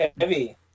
Heavy